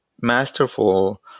masterful